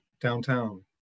downtown